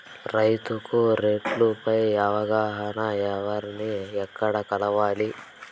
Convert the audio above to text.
రైతుకు రేట్లు పై అవగాహనకు ఎవర్ని ఎక్కడ కలవాలి?